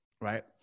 Right